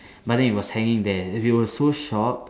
but then it was hanging there we were so shocked